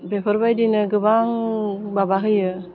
बेफोरबायदिनो गोबां माबा होयो